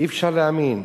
אי-אפשר להאמין.